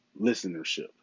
listenership